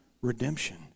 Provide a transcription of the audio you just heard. redemption